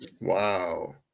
wow